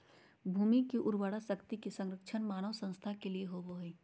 भूमि की उर्वरा शक्ति के संरक्षण मानव स्वास्थ्य के लिए होबो हइ